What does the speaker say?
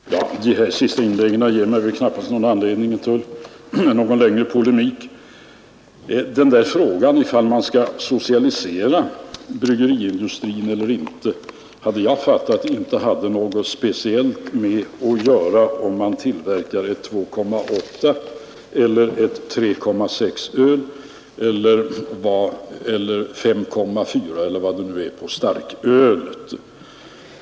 Fru talman! De här senaste inläggen ger mig väl knappast anledning till någon längre polemik. Frågan om man skall socialisera bryggeriindustrin eller inte har, som jag uppfattat det, inte något speciellt att göra med om man tillverkar ett 2,8-procentigt, ett 3,6-procentigt eller ett 5,4-procentigt öl, eller vad det nu är för procentsats som gäller för starkölet.